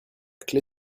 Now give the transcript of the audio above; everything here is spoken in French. clé